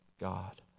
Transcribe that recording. God